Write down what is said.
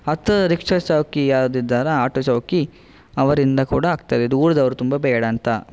ಹತ್ತಿರದ ರಿಕ್ಷಾ ಚೌಕಿ ಯಾವುದಿದ್ದಾರೆ ಆಟೋ ಚೌಕಿ ಅವರಿಂದ ಕೂಡ ಆಗ್ತದೆ ದೂರದವರು ತುಂಬ ಬೇಡ ಅಂತ